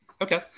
Okay